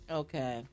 okay